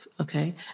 okay